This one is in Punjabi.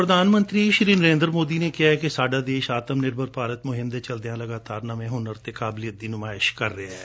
ਪ੍ਰਧਾਨ ਮੰਤਰੀ ਸ੍ਰੀ ਨਰੇਂਦਰ ਮੋਦੀ ਨੇ ਕਿਹੈ ਕਿ ਸਾਡਾ ਦੇਸ਼ ਆਤਮ ਨਿਰਭਰ ਭਾਰਤ ਮੁਹਿਮ ਦੇ ਚਲਦਿਆਂ ਲਗਾਤਾਰ ਨਵੇਂ ਹੁਨਰ ਅਤੇ ਕਾਬਲਿਅਤ ਦੀ ਨੁਮਇਸ਼ ਕਰ ਰਿਹੈ